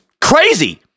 crazy